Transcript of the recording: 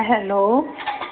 hello